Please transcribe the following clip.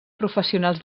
professionals